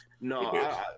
no